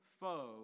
foe